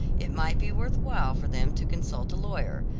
it might be worth while for them to consult a lawyer,